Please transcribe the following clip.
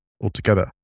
altogether